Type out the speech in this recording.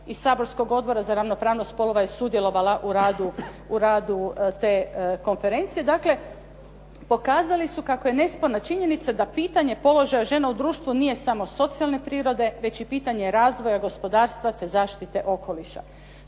i saborskog Odbora za ravnopravnost spolova je sudjelovala u radu te konferencije. Dakle, pokazali su kako je nesporna činjenica da pitanje položaja žena u društvu nije samo socijalne prirode već i pitanje razvoja gospodarstva te zaštite okoliša.